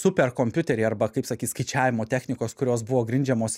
superkompiuteriai arba kaip sakyt skaičiavimo technikos kurios buvo grindžiamos